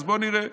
אז בוא נראה.